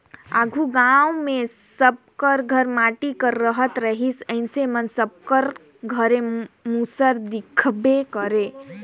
आघु गाँव मे सब कर घर माटी कर रहत रहिस अइसे मे सबकर घरे मूसर दिखबे करे